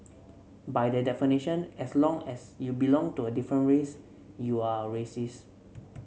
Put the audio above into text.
by that definition as long as you belong to a different race you are a racist